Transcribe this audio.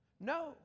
No